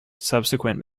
subsequent